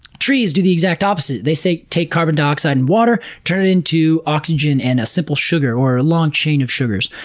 trees do the exact opposite, they take carbon dioxide and water, turn it into oxygen and a simple sugar, or a long chain of sugars.